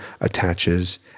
attaches